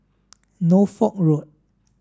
Norfolk Road